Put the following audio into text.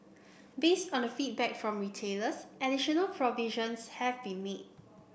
based on the feedback from retailers additional provisions have been made